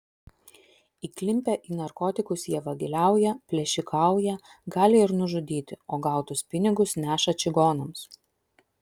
įklimpę į narkotikus jie vagiliauja plėšikauja gali ir nužudyti o gautus pinigus neša čigonams